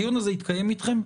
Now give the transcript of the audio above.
הדיון הזה התקיים אתכם?